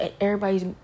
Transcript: everybody's